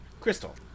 Crystal